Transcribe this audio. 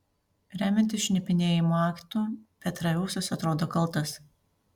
remiantis šnipinėjimo aktu petraeusas atrodo kaltas